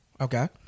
Okay